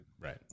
Right